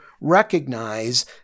recognize